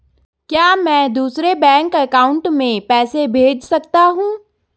क्या मैं दूसरे बैंक अकाउंट में पैसे भेज सकता हूँ?